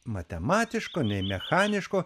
matematiško nei mechaniško